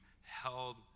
held